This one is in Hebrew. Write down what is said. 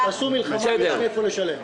--- חבר'ה, תעשו מלחמה, יש מאיפה לשלם.